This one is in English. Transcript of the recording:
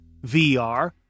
VR